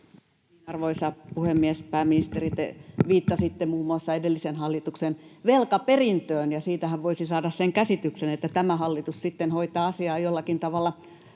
Arvoisa puhemies! Pääministeri, te viittasitte muun muassa edellisen hallituksen velkaperintöön, ja siitähän voisi saada sen käsityksen, että tämä hallitus sitten hoitaa asiaa jollakin tavalla